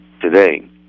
today